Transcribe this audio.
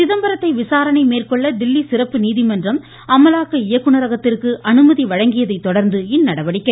சிதம்பரத்தை விசாரணை மேற்கொள்ள தில்லி சிறப்பு நீதிமன்றம் அமலாக்க இயக்குநரகத்திற்கு அனுமதி அளித்ததை தொடர்ந்து இந்நடவடிக்கை